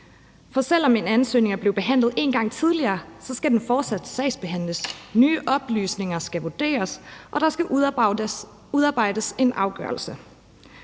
For selv om en ansøgning er blevet behandlet en gang tidligere, skal den fortsat sagsbehandles; nye oplysninger skal vurderes, og der skal udarbejdes en afgørelse.